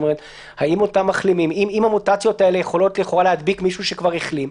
אם המוטציות האלה יכולות לכאורה להדביק מישהו שכבר החלים,